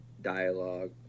dialogue